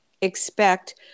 expect